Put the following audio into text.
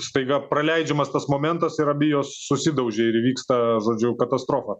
staiga praleidžiamas tas momentas ir abi jos susidaužia ir įvyksta žodžiu katastrofa